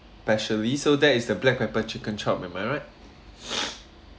specially so that is the black pepper chicken chop am I right